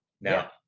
now